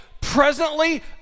presently